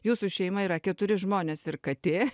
jūsų šeima yra keturi žmonės ir katė